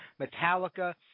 Metallica